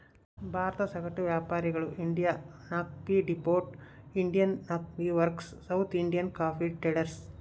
ಭಾರತದ ಸಗಟು ವ್ಯಾಪಾರಿಗಳು Indian coffee depot, Indian coffee works, South Indian coffee traders